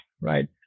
right